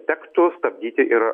tektų stabdyti ir